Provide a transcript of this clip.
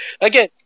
Again